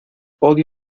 odio